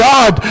God